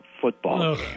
football